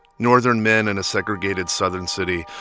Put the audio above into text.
northern men in a segregated southern city,